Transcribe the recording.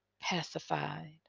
pacified